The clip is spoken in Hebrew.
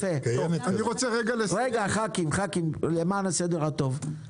יש תוכנית חומש